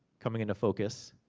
coming into focus.